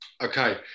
Okay